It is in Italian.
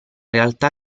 realtà